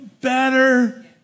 better